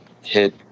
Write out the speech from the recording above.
hit